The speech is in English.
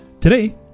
today